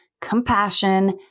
compassion